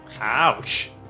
ouch